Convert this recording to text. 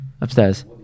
Upstairs